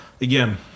Again